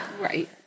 right